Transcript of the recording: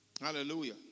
Hallelujah